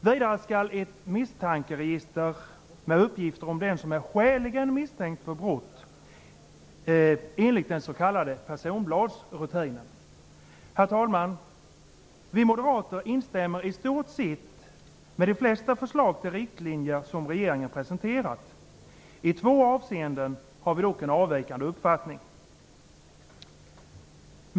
Vidare skall det inrättas ett misstankeregister med uppgifter om den som är skäligen misstänkt för brott enligt den s.k. personbladsrutinen. Herr talman! Vi moderater instämmer i stort sett med de flesta förslag till riktlinjer som regeringen presenterat. I två avseenden har vi dock en avvikande uppfattning.